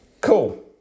Cool